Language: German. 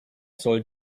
soll